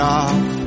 off